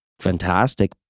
fantastic